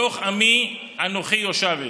"בתוך עמי אנכי ישבת",